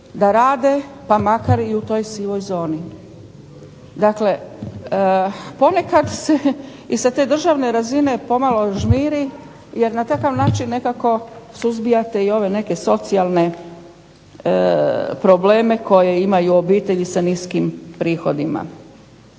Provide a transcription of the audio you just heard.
da rade, pa makar i u toj sivoj zoni. Dakle ponekad se i sa te državne razine pomalo žmiri, jer na takav način nekako suzbijate i ove neke socijalne probleme koje imaju obitelji sa niskim prihodima.